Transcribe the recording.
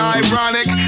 ironic